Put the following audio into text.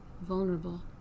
vulnerable